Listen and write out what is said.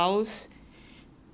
my dad thinks I am going to